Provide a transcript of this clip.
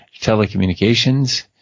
telecommunications